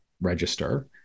register